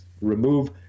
remove